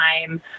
time